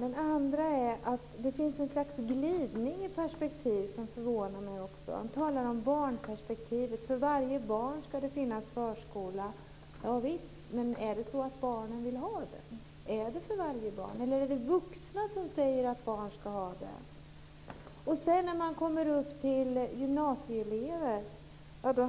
Den andra handlar om att det finns ett slags glidning i perspektivet som förvånar mig. Ni talar om barnperspektivet och att det ska finnas förskola för varje barn. Javisst, men är det så att barnen vill ha den? Är den till för varje barn, eller är det de vuxna som säger att barn ska gå i förskolan? När man sedan kommer till gymnasieelever